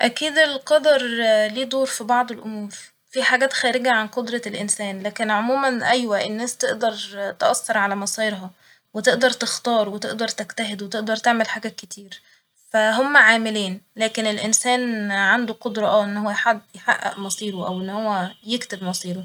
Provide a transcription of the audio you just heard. أكيد القدر ليه دور في بعض الأمور ، في حاجات خارجة عن قدرة الانسان ، لكن عموما أيوه الناس تقدر تأثر على مصايرها وتقدر تختار وتقدر تجتهد وتقدر تعمل حاجات كتير فا هما عاملين ، لكن الانسان عنده قدرة اه ان هو يحد- يحقق مصيره أو ان هو يكتب مصيره